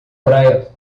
praia